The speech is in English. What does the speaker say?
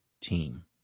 team